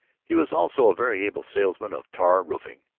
he was also a very able salesman of tar-roofing.